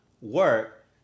work